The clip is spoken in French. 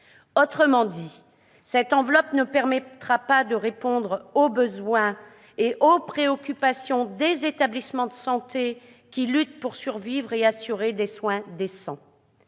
Autrement dit, cette enveloppe ne permettra pas de répondre aux besoins et aux préoccupations des établissements qui luttent pour survivre et assurer des soins décents.